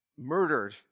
murdered